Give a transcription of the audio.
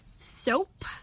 soap